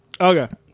Okay